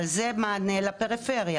אבל זה מענה לפריפריה,